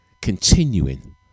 continuing